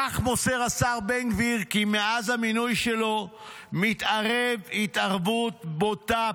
כך מוסר כי השר בן גביר מאז המינוי שלו מתערב התערבות בוטה,